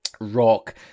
rock